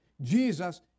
Jesus